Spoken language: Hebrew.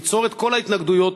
ליצור את כל ההתנגדויות